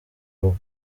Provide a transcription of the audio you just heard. rugo